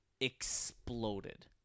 exploded